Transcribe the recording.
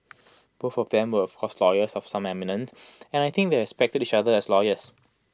both of them were of course lawyers of some eminence and I think they both respected each other as lawyers